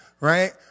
right